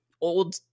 old